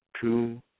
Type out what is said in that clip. two